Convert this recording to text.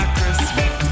Christmas